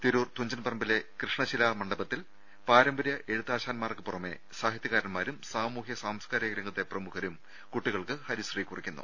തിരൂർ തുഞ്ചൻ പറമ്പിലെ കൃഷ്ണശി ലാ മണ്ഡപത്തിൽ പാരമ്പര്യ എഴുത്താശ്ശാൻമാർക്ക് പുറമെ സാ ഹിത്യകാരന്മാരും സാമൂഹ്യ സാംസ്കാരിക രംഗത്തെ പ്രമുഖരും കുട്ടികൾക്ക് ഹരിശ്രീ കുറിക്കുന്നു